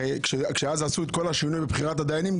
הרי כשאז עשו את כל השינוי לבחירת הדיינים,